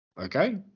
Okay